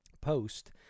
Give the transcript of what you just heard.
post